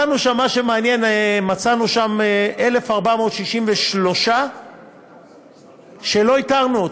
מה שמעניין, מצאנו שם 1,463 שלא איתרנו.